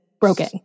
broken